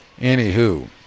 Anywho